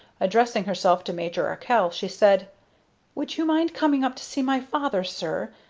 addressing herself to major arkell, she said would you mind coming up to see my father, sir?